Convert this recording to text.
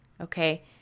okay